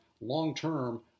long-term